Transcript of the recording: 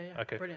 okay